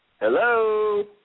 Hello